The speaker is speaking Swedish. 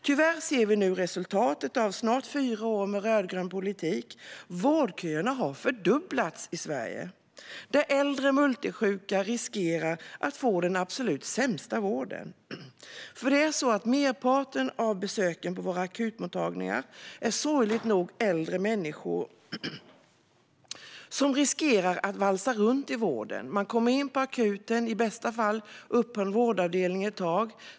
Tyvärr ser vi nu resultatet av snart fyra år med rödgrön politik. Vårdköerna har fördubblats i Sverige. De äldre multisjuka riskerar att få den absolut sämsta vården. Merparten av besöken på våra akutmottagningar är sorgligt nog äldre människor som riskerar att valsa runt i vården. Man kommer in på akuten, i bästa fall till en öppen vårdavdelning ett tag.